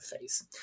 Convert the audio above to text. phase